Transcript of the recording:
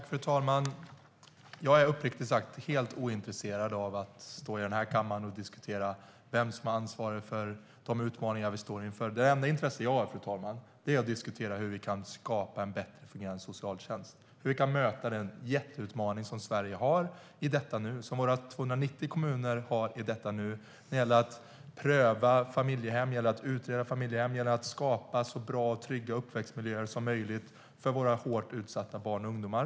Fru talman! Jag är uppriktigt sagt helt ointresserad av att stå i kammaren och diskutera vem som har ansvaret för de utmaningar vi står inför. Det enda intresse jag har, fru talman, är att diskutera hur vi kan skapa en bättre fungerande socialtjänst och hur vi kan möta den jätteutmaning Sverige har i detta nu - som våra 290 kommuner har i detta nu - när det gäller att pröva familjehem, utreda familjehem och skapa så bra och trygga uppväxtmiljöer som möjligt för våra hårt utsatta barn och ungdomar.